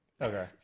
Okay